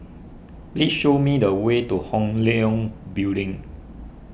please show me the way to Hong Leong Building